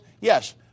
yes